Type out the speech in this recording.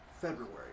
February